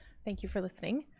thank you for listening.